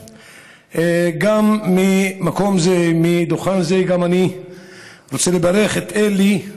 גם ממקום זה, מדוכן זה, אני רוצה לברך את אלי,